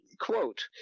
quote